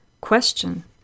Question